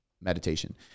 meditation